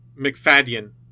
McFadden